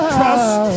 trust